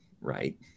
right